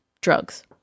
drugs